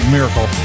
Miracle